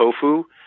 tofu